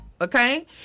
okay